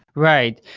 right.